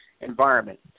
environment